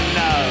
no